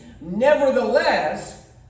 Nevertheless